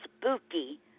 Spooky